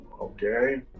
okay